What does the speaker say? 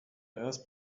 earth